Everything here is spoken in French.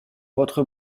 votre